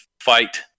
fight